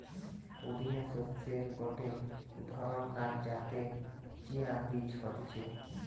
পুদিনা শস্যের গটে ধরণকার যাতে চিয়া বীজ হতিছে